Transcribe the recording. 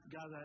God